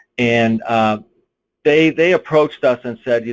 and ah they they approached us and said, you